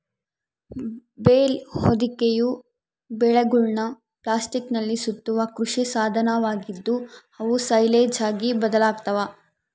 bale ಹೊದಿಕೆಯು ಬೇಲ್ಗಳನ್ನು ಪ್ಲಾಸ್ಟಿಕ್ನಲ್ಲಿ ಸುತ್ತುವ ಕೃಷಿ ಸಾಧನವಾಗಿದ್ದು, ಅವು ಸೈಲೇಜ್ ಆಗಿ ಬದಲಾಗ್ತವ